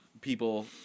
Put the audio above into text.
People